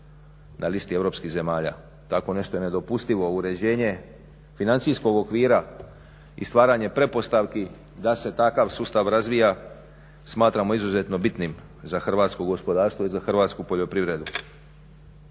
na listi europskih zemalja. Tako je nešto nedopustivo, uređenje financijskog okvira i stvaranje pretpostavi da se takav sustav razvija, smatramo izuzetno bitnim za hrvatsko gospodarstvo i za hrvatsku poljoprivredu.